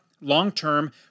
long-term